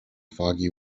foggy